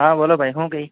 હા બોલો ભાઈ શું કહે